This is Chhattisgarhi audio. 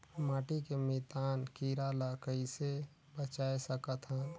माटी के मितान कीरा ल कइसे बचाय सकत हन?